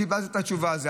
קיבלת את התשובה על זה.